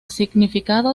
significado